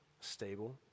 Stable